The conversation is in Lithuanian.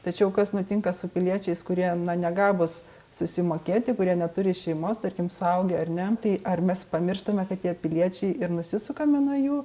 tačiau kas nutinka su piliečiais kurie negabūs susimokėti kurie neturi šeimos tarkim suaugę ar ne tai ar mes pamirštame kad jie piliečiai ir nusisukame nuo jų